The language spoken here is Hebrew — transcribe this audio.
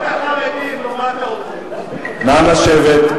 נא לשבת.